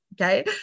okay